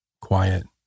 quiet